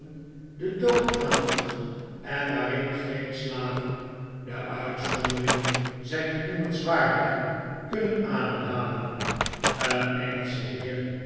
den dood aandoet en waarin geen slaven de uitzonderingen zijn niet noemenswaardig kunnen ademhalen een engelsche